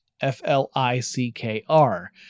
F-L-I-C-K-R